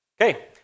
Okay